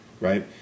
right